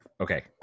okay